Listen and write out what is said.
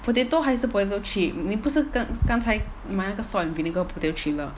potato 还是 potato chip 你不是跟刚才买那个 salt and vinegar potato chip 了